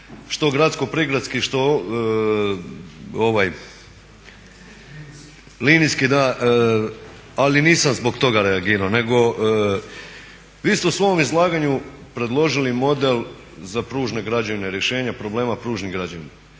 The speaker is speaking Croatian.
što gradsko prigradskih, što linijski da, ali nisam zbog toga reagirao. Vi ste u svom izlaganju predložili model za pružne građevine, rješenja problema pružnih građevina.